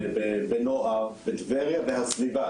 בנוער - בטבריה ובסביבה,